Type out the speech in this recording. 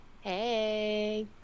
Hey